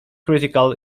critical